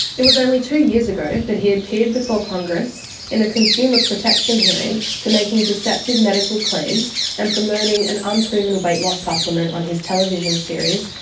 it was only two years ago that he appeared before congress in a consumer protection hearing for making deceptive medical claims and promoting an unproven weight loss supplement on his television series,